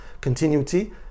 continuity